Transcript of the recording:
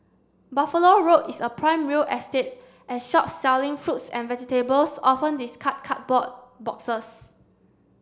Buffalo Road is a prime real estate as shops selling fruits and vegetables often discard cardboard boxes